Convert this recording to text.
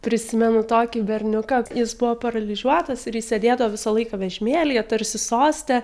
prisimenu tokį berniuką jis buvo paralyžiuotas ir jis sėdėdavo visą laiką vežimėlyje tarsi soste